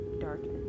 darkness